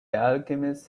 alchemist